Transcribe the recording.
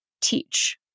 teach